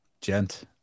Gent